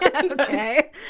Okay